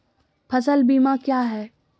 फ़सल बीमा क्या है?